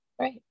right